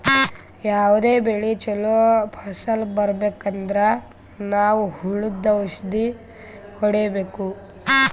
ಯಾವದೇ ಬೆಳಿ ಚೊಲೋ ಫಸಲ್ ಬರ್ಬೆಕ್ ಅಂದ್ರ ನಾವ್ ಹುಳ್ದು ಔಷಧ್ ಹೊಡಿಬೇಕು